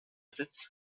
sitz